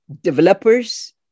developers